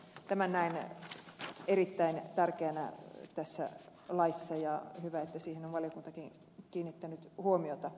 tämän näen erittäin tärkeänä tässä laissa ja on hyvä että siihen on valiokuntakin kiinnittänyt huomiota